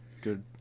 Good